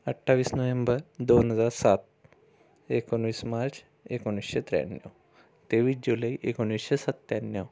अठ्ठावीस नोव्हेंबर दोन हजार सात एकोणीस मार्च एकोणीसशे त्र्याण्णव तेवीस जुलै एकोणीसशे सत्त्याण्णव